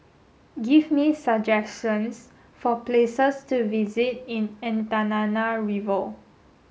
give me some suggestions for places to visit in Antananarivo